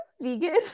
vegan